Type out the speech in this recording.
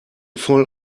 voll